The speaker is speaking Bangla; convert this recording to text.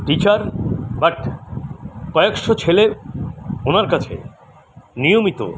টিচার বাট কয়েকশো ছেলে ওনার কাছে নিয়মিত